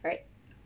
right